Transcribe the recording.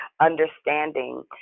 understanding